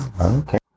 Okay